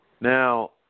Now